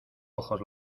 ojos